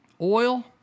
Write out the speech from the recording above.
Oil